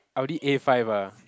Audi A five ah